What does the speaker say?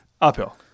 Uphill